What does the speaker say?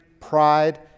pride